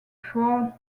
ford